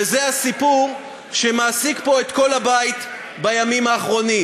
וזה הסיפור שמעסיק פה את כל הבית בימים האחרונים,